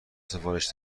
سفارش